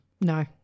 No